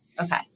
okay